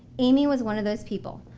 amy was one of those people,